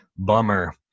Bummer